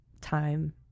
time